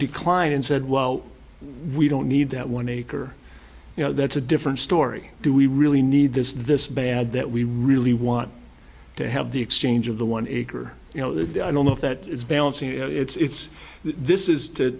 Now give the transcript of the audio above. decline and said well we don't need that one acre you know that's a different story do we really need this this bad that we really want to have the exchange of the one acre you know they've done all of that it's balancing you know it's this is to